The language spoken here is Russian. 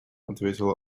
ответила